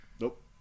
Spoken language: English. Nope